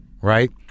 right